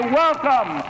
welcome